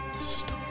Stop